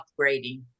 upgrading